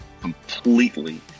completely